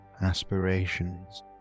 aspirations